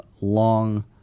long –